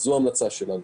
וזו ההמלצה שלנו.